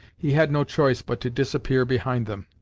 he had no choice but to disappear behind them.